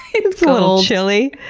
it's a little chilly.